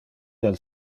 del